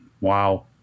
Wow